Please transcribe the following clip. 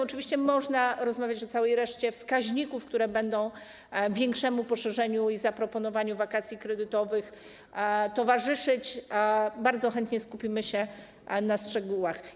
Oczywiście można rozmawiać o całej reszcie wskaźników, które będą towarzyszyć większemu poszerzeniu i zaproponowaniu wakacji kredytowych, bardzo chętnie skupimy się na szczegółach.